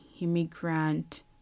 immigrant